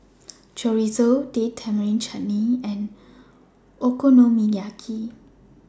Chorizo Date Tamarind Chutney and Okonomiyaki